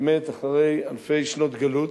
באמת, אחרי אלפי שנות גלות,